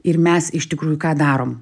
ir mes iš tikrųjų ką darom